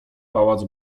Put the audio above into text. pałac